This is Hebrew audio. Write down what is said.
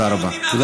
תודה.